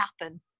happen